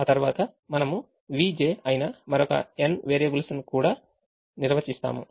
ఆ తర్వాత మనం vj అయిన మరొక n వేరియబుల్స్ ను కూడా నిర్వచిస్తాము